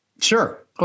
Sure